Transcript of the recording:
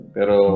Pero